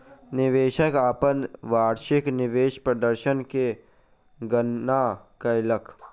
निवेशक अपन वार्षिक निवेश प्रदर्शन के गणना कयलक